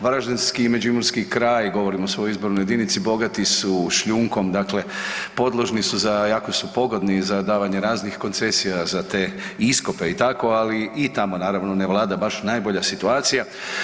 Varaždinski i Međimurski kraj, govorim o svojoj izbornoj jedinici bogati su šljunkom, dakle podložni su za, jako su pogodni za davanje raznih koncesija za te iskope i tako, ali i tamo naravno ne vlada baš najbolja situacija.